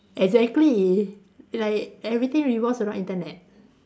exactly like everything revolves around Internet